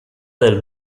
del